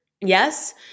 yes